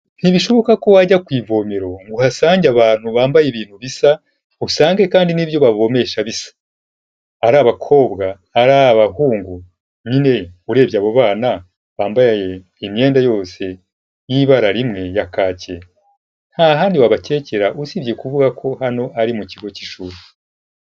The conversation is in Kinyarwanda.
Ntibishoboka ko wajya ku ivomero ngo uhasange abantu bambaye ibintu bisa, usange kandi n'ibyo bavomesha bisa, ari abakobwa, ari abahungu, nyine urebye abo bana bambaye imyenda yose y'ibara rimwe ya kacyi, nta handi wabakekera usibye kuvuga ko hano ari mu kigo cy'ishuri.